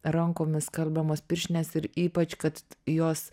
rankomis skalbiamos pirštinės ir ypač kad jos